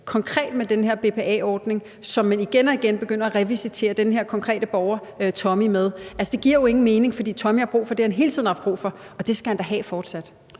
Konkret er der den her BPA-ordning, som man igen og igen revisiterer den konkrete borger Tommy i forhold til. Altså, det giver jo ingen mening, for Tommy har brug for det, han hele tiden har haft brug for, og det skal han da fortsat